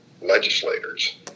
Legislators